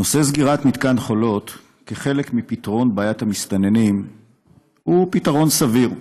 נושא סגירת מתקן חולות כחלק מפתרון בעיית המסתננים הוא פתרון סביר.